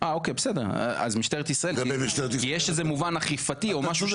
יש איזה מובן אכיפתי או משהו?